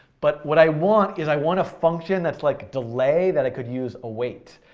but what i want is i want a function that's like delay that i could use await.